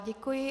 Děkuji.